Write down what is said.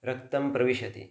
रक्तं प्रविशति